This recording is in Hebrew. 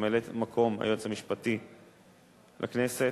ממלאת-מקום היועץ המשפטי לכנסת,